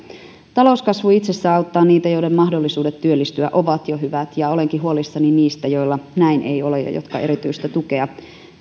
talouskasvu itsessään auttaa niitä joiden mahdollisuudet työllistyä ovat jo hyvät olenkin huolissani niistä joilla näin ei ole ja jotka erityistä tukea